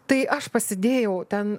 tai aš pasidėjau ten